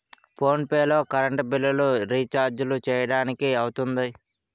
phone pay లో current బిల్లులు, రిచార్జీలు చేయడానికి అవుతుంది